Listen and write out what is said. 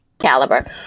caliber